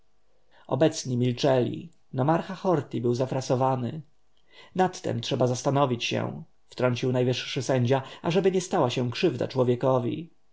obecni milczeli nomarcha horti był zafrasowany nad tem trzeba zastanowić się wtrącił najwyższy sędzia ażeby nie stała się krzywda człowiekowi